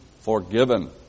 forgiven